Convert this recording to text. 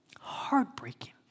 Heartbreaking